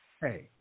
Hey